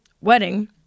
wedding